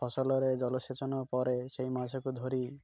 ଫସଲରେ ଜଳସେଚନ ପରେ ସେଇ ମାଛକୁ ଧରି